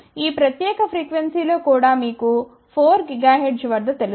ఈ ప్రత్యేక ఫ్రీక్వెన్సీ లో కూడా మీకు 4 గిగాహెర్ట్జ్ వద్ద తెలుసు